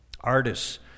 Artists